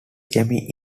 jamie